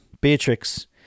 beatrix